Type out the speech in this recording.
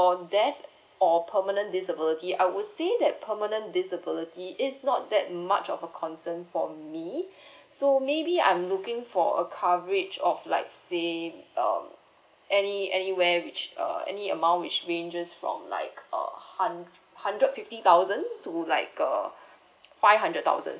~or death or permanent disability I would say that permanent disability it's not that much of a concern for me so maybe I'm looking for a coverage of like seem um any anywhere which uh any amount which ranges from like uh hund~ hundred fifty thousand to like err five hundred thousand